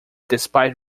despite